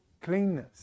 cleanness